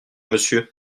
monsieur